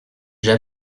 j’ai